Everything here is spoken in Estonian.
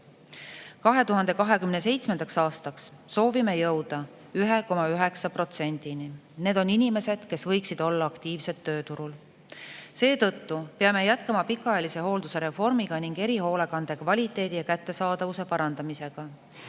2027. aastaks soovime jõuda 1,9%‑ni. Need on inimesed, kes võiksid olla aktiivsed tööturul. Seetõttupeame jätkama pikaajalise hoolduse reformi ning erihoolekande kvaliteedi ja kättesaadavuse parandamist.